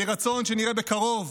יהי רצון שנראה בקרוב